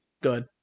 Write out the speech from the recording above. good